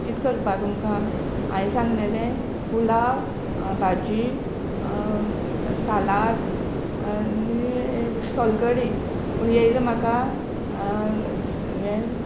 कित करपा तुमकां हांयें सांगलेले पुलाव भाजी सालाद आनी सोल कडी पूण येयले म्हाका हे